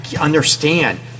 understand